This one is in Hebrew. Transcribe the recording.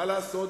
מה לעשות,